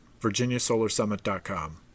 virginiasolarsummit.com